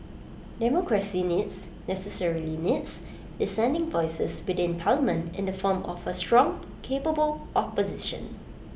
democracy needs necessarily needs dissenting voices within parliament in the form of A strong capable opposition